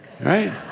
Right